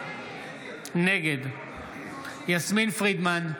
נגד יסמין פרידמן,